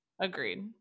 agreed